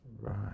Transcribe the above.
Right